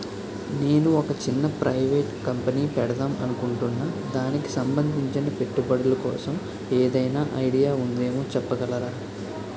నేను ఒక చిన్న ప్రైవేట్ కంపెనీ పెడదాం అనుకుంటున్నా దానికి సంబందించిన పెట్టుబడులు కోసం ఏదైనా ఐడియా ఉందేమో చెప్పగలరా?